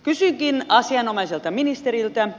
kysynkin asianomaiselta ministeriltä